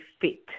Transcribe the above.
Fit